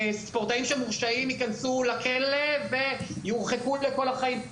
וספורטאים מורשעים ייכנסו לכלא ויורחקו לכל החיים.